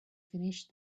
finished